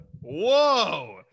whoa